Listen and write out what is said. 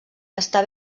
està